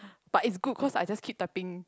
but it's good cause I just keep typing